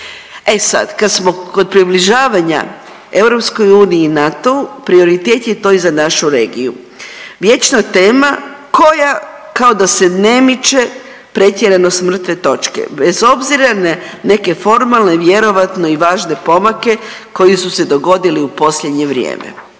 E sad kad smo kod približavanja EU i NATO-u prioritet je to i za našu regiju, vječna tema koja kao da se ne miče pretjerano s mrtve točke bez obzira na neke formalne, vjerojatno i važne pomake koji su se dogodili u posljednje vrijeme.